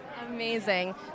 Amazing